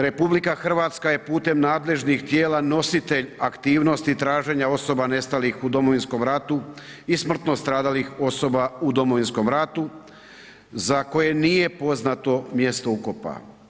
RH je putem nadležnih tijela nositelj aktivnosti traženja osoba nestalih u Domovinskom ratu i smrtno stradalih osoba u Domovinskom ratu za koje nije poznato mjesto ukopa.